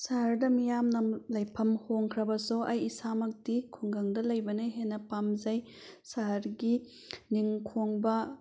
ꯁꯍꯔꯗ ꯃꯤꯌꯥꯝꯅ ꯂꯩꯐꯝ ꯍꯣꯡꯈ꯭ꯔꯕꯁꯨ ꯑꯩ ꯏꯁꯥꯃꯛꯇꯤ ꯈꯨꯡꯒꯪꯗ ꯂꯩꯕꯅ ꯍꯦꯟꯅ ꯄꯥꯝꯖꯩ ꯁꯍꯔꯒꯤ ꯅꯤꯜ ꯈꯣꯡꯕ